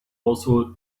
also